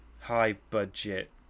high-budget